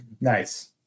Nice